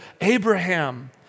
Abraham